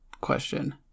question